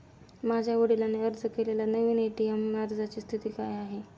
माझ्या वडिलांनी अर्ज केलेल्या नवीन ए.टी.एम अर्जाची स्थिती काय आहे?